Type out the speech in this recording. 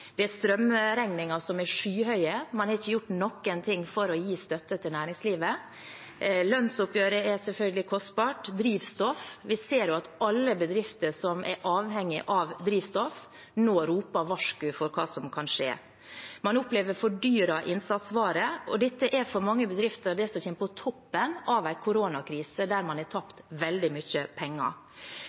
det er strømregninger som er skyhøye. Man har ikke gjort noen ting for å gi støtte til næringslivet. Lønnsoppgjøret er selvfølgelig kostbart, og vi ser at alle bedrifter som er avhengig av drivstoff, nå roper varsku om hva som kan skje. Man opplever dyrere innsatsvarer, og dette kommer for mange bedrifter på toppen av en koronakrise der man har tapt veldig mye penger.